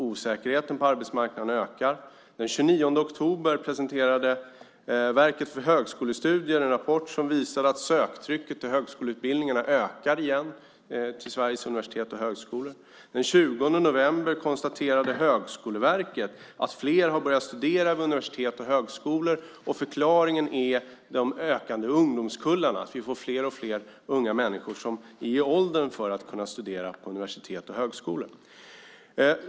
Osäkerheten på arbetsmarknaden ökar. Den 29 oktober presenterade Verket för högskolestudier en rapport som visade att söktrycket på högskoleutbildningarna på Sveriges universitet och högskolor ökar igen. Den 20 november konstaterade Högskoleverket att fler har börjat studera vid universitet och högskolor. Förklaringen är de ökande ungdomskullarna. Vi får fler unga människor som är i åldern för att kunna studera på universitet och högskolor.